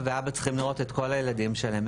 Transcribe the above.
ואבא צריכים לראות את כל הילדים שלהם,